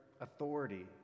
authority